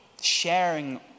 sharing